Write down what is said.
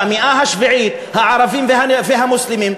במאה השביעית הערבים והמוסלמים,